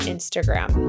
Instagram